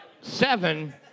seven